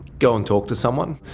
go and talk to someone.